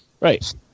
Right